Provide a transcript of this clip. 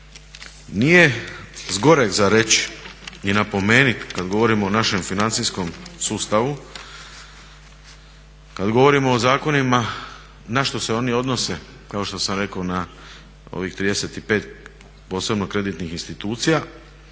Nije s goreg za reći ni napomenuti kada govorimo o našem financijskom sustavu, kada govorimo o zakonima na što se oni odnose, kao što sam rekao ovih 35 posebno kreditnih institucija,